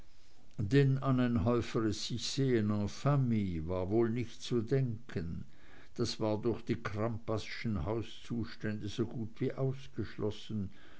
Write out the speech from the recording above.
an ein häufigeres sichsehen en famille war nicht wohl zu denken das war durch die crampasschen hauszustände so gut wie ausgeschlossen